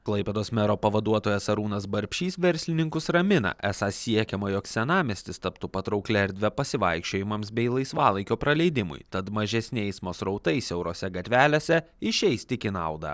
klaipėdos mero pavaduotojas arūnas barbšys verslininkus ramina esą siekiama jog senamiestis taptų patrauklia erdve pasivaikščiojimams bei laisvalaikio praleidimui tad mažesni eismo srautai siaurose gatvelėse išeis tik į naudą